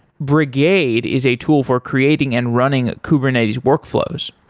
brigade is a tool for creating and running kubernetes workflows.